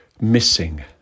Missing